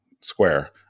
square